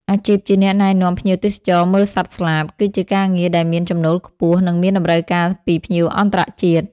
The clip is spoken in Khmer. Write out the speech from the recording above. អាជីពជាអ្នកណែនាំភ្ញៀវទេសចរមើលសត្វស្លាប គឺជាការងារដែលមានចំណូលខ្ពស់ និងមានតម្រូវការពីភ្ញៀវអន្តរជាតិ។